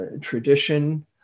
tradition